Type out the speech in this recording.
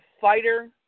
fighter